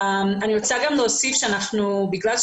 אני חושבת שמאוד חשוב שנהיה